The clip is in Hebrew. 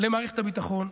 למערכת הביטחון,